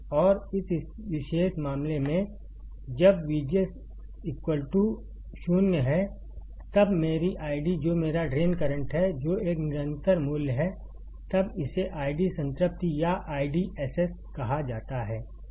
और इस विशेष मामले में जब VGS 0 है जब मेरी आईडी जो मेरा ड्रेन करंट है जो एक निरंतर मूल्य है तब इसे ID संतृप्ति या IDSS कहा जाता है